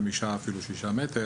חמישה או אפילו שישה מטרים,